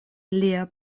lia